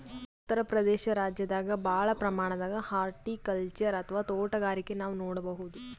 ಉತ್ತರ್ ಪ್ರದೇಶ ರಾಜ್ಯದಾಗ್ ಭಾಳ್ ಪ್ರಮಾಣದಾಗ್ ಹಾರ್ಟಿಕಲ್ಚರ್ ಅಥವಾ ತೋಟಗಾರಿಕೆ ನಾವ್ ನೋಡ್ಬಹುದ್